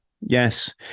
yes